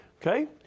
Okay